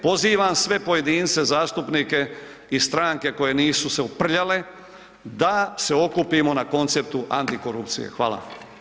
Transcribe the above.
Pozivam sve pojedince zastupnike i stranke koje se nisu uprljale da se okupimo na konceptu antikorupcije.